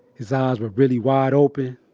his eyes were really wide open.